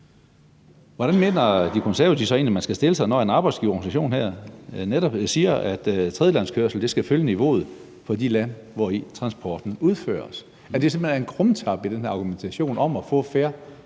Hvordan mener De Konservative så egentlig man skal stille sig, når en arbejdsgiverorganisation her netop siger, at tredjelandskørsel skal følge niveauet for de lande, hvori transporten udføres, altså at det simpelt hen er en krumtap i den her argumentation om at få fair